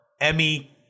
emmy